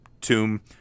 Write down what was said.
tomb